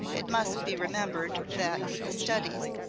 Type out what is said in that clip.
it must be remembered that with the studies,